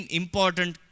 important